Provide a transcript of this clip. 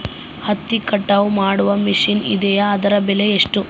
ಹತ್ತಿ ಕಟಾವು ಮಾಡುವ ಮಿಷನ್ ಇದೆಯೇ ಅದರ ಬೆಲೆ ಎಷ್ಟು?